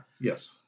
yes